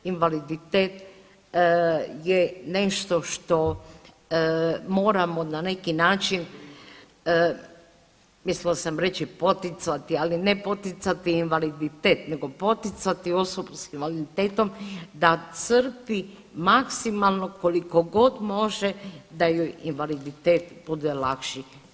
Invaliditet je nešto što moramo na neki način, mislila sam reći poticati, ali ne poticati invaliditet, nego poticati osobu s invaliditetom da crpi maksimalno koliko god može da joj invaliditet bude lakši.